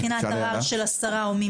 כרגע לעשות את זה לבחינת ערר של השרה או מי